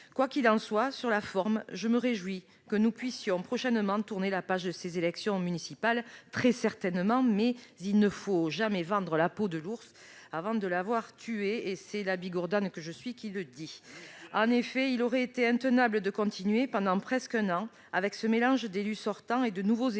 Quoi qu'il en soit, sur la forme, je me réjouis que nous puissions prochainement tourner la page de ces élections municipales. Mais il ne faut jamais vendre la peau de l'ours avant de l'avoir tué, c'est la Bigourdane que je suis qui vous le dis ! En effet, il aurait été intenable de continuer pendant presque un an avec ce mélange d'élus sortants et de nouveaux élus